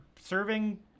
serving